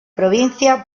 provincia